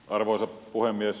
arvoisa puhemies